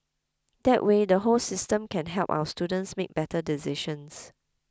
that way the whole system can help our students make better decisions